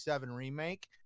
remake